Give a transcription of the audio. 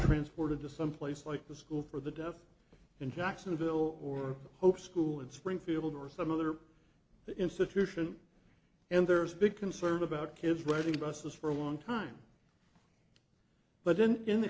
transported to someplace like the school for the deaf in jacksonville or hope school in springfield or some other institution and there's big concern about kids waiting buses for a long time but then in the